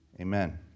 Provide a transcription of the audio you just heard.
Amen